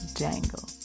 jangle